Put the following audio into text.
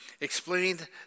explained